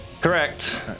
Correct